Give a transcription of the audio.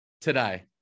today